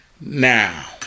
now